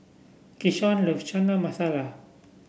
Keshaun loves Chana Masala